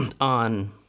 on